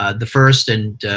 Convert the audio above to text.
ah the first and